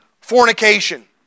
fornication